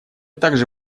также